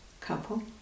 couple